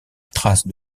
trace